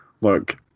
look